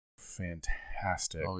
fantastic